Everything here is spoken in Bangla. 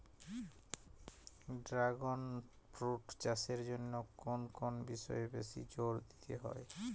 ড্রাগণ ফ্রুট চাষের জন্য কোন কোন বিষয়ে বেশি জোর দিতে হয়?